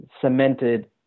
cemented